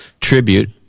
tribute